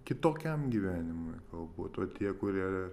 kitokiam gyvenimui galbūt o tie kurie